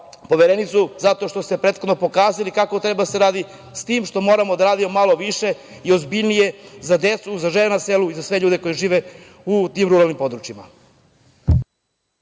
Poverenicu, zato što ste prethodno pokazali kako treba da se radi, s tim što moramo da radimo malo više i ozbiljnije za decu i žene na selu, kao i za sve ljude koji žive u tim ruralnim područjima.